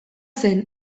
zen